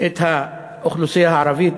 את האוכלוסייה הערבית,